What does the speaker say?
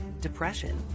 depression